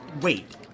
Wait